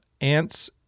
Ants